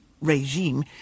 regime